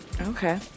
Okay